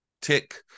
tick